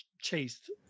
chased